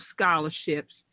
scholarships